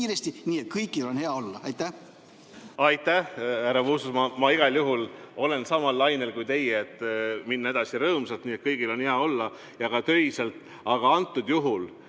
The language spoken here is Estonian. kiiresti, nii et kõigil on hea olla. Aitäh, härra Puustusmaa! Ma igal juhul olen samal lainel kui teie, et tuleks minna edasi rõõmsalt, nii et kõigil on hea olla, ja ka töiselt. Aga praegusel juhul